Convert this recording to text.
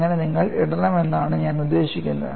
അങ്ങനെ നിങ്ങൾ ഇടണം എന്നാണ് ഞാൻ ഉദ്ദേശിക്കുന്നത്